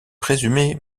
présumée